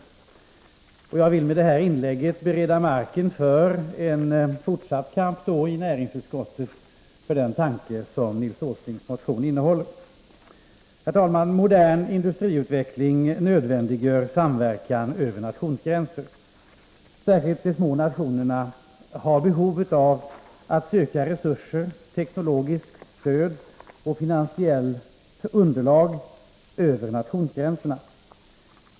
Jag vill med det här inlägget bereda marken för en fortsatt kamp i näringsutskottet för den tanke som Nils Åslings motion innehåller. Herr talman! Modern industriutveckling nödvändiggör samverkan över nationsgränser. Särskilt de små nationerna har behov av att söka resurser, teknologiskt stöd och finansiellt underlag över nationsgränserna.